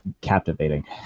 Captivating